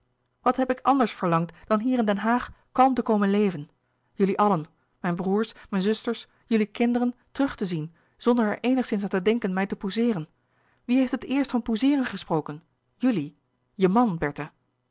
wat heb ik anders verlangd dan hier in den haag kalm te komen leven jullie allen mijn broêrs mijn zusters jullie kinderen terug te zien zonder er eenigszins aan te denken mij te pousseeren wie heeft het eerst van pousseeren gesproken jullie je man bertha